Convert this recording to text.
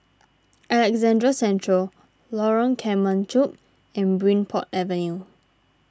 Alexandra Central Lorong Kemunchup and Bridport Avenue